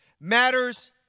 Matters